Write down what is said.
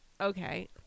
Okay